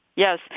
Yes